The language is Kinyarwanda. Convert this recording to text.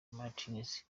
martins